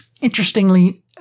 Interestingly